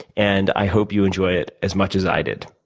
and i hope you enjoy it as much as i did.